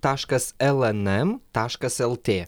taškas lnm taškas lt